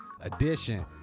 edition